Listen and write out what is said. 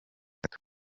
itatu